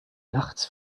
nachts